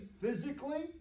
physically